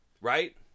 Right